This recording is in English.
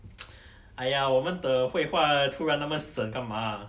!aiya! 我们的对话突然那么死干嘛